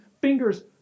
fingers